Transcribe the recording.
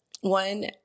One